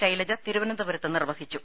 ശൈലജ തിരു വനന്തപുരത്ത് നിർവ്വഹിച്ചു